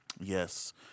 Yes